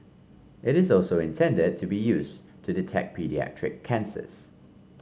it is also intended to be used to detect paediatric cancers